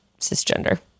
cisgender